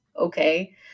okay